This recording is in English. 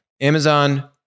Amazon